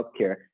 healthcare